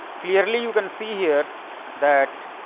clearly you can see here that